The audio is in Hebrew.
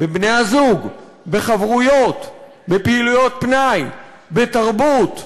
בבני-הזוג, בחברויות, בפעילויות פנאי, בתרבות,